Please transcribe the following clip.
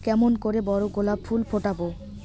কেমন করে বড় গোলাপ ফুল ফোটাব?